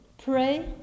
pray